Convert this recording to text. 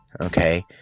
Okay